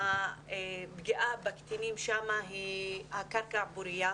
והפגיעה בקטינים שם היא על קרקע פורייה,